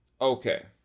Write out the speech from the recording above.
Okay